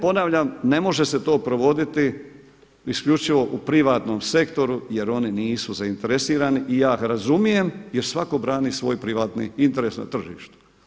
Ponavljam, ne može se to provoditi isključivo u privatnom sektoru jer oni nisu zainteresirani i ja razumijem jer svako brani svoj privatni interes na tržištu.